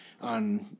on